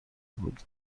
بود